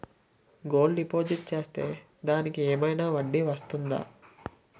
Gold deposit చేస్తే దానికి ఏమైనా వడ్డీ వస్తుందా?